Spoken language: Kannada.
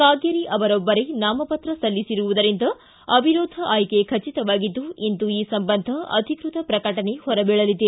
ಕಾಗೇರಿ ಅವರೊಭ್ಲರೇ ನಾಮಪತ್ರ ಸಲ್ಲಿಸಿರುವುದರಿಂದ ಅವಿರೋಧ ಆಯ್ಕೆ ಖಚಿತವಾಗಿದ್ದು ಇಂದು ಈ ಸಂಬಂಧ ಅಧಿಕೃತ ಪ್ರಕಟಣೆ ಹೊರಬೀಳಲಿದೆ